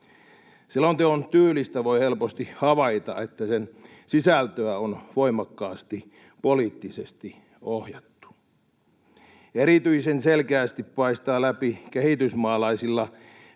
Selonteon tyylistä voi helposti havaita, että sen sisältöä on voimakkaasti poliittisesti ohjattu. Erityisen selkeästi paistaa läpi kehitysmaalaisilla